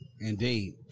indeed